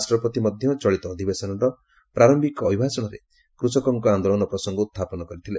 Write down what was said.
ରାଷ୍ଟ୍ରପତି ମଧ୍ୟ ଚଳିତ ଅଧିବେଶନର ପ୍ରାରୟିକ ଅଭିଭାଷଣରେ କୃଷକଙ୍କ ଆନ୍ଦୋଳନ ପ୍ରସଙ୍ଗ ଉହ୍ଚାପନ କରିଥିଲେ